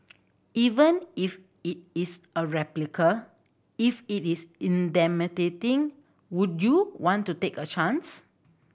even if it is a replica if it is would you want to take a chance